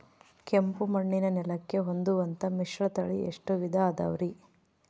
ಕಪ್ಪುಮಣ್ಣಿನ ನೆಲಕ್ಕೆ ಹೊಂದುವಂಥ ಮಿಶ್ರತಳಿ ಎಷ್ಟು ವಿಧ ಅದವರಿ?